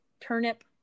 turnip